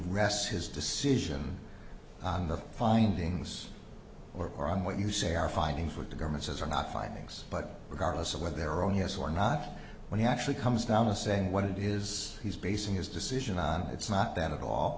rests his decision on the findings or or on what you say are fighting for the government says or not findings but regardless of whether they're on yes or not when he actually comes down to saying what it is he's basing his decision on it's not that at all